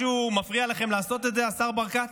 משהו מפריע לכם לעשות את זה, השר ברקת?